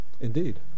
Indeed